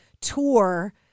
tour